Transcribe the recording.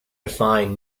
define